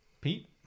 pete